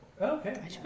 okay